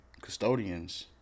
custodians